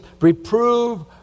Reprove